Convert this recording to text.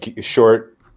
short